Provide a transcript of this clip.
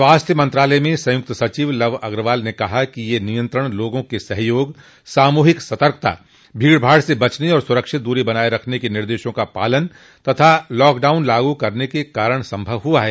स्वास्थ्य मंत्रालय में संयुक्त सचिव लव अग्रवाल ने कहा कि यह नियंत्रण लोगों के सहयोग सामूहिक सतर्कता भीड़ भाड़ से बचने और सुरक्षित दूरी बनाए रखने के निर्देशों का पालन तथा लॉकडाउन लागू करने के कारण संभव हुआ है